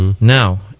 Now